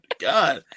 God